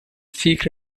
seek